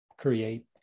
create